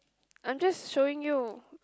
I'm just showing you